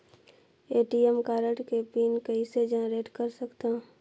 ATM card के pin कइसे generate कर सकथव?